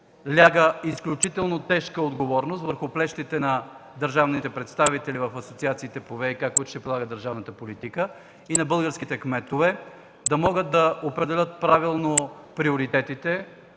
обаче изключително тежка отговорност ляга върху плещите на държавните представители в асоциациите по ВиК, които ще прилага държавната политика и, на българските кметове да могат да определят правилно приоритетите,